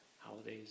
holidays